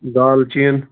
دالچیٖن